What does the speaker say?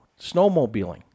Snowmobiling